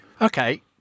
Okay